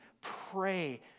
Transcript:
pray